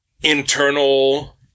internal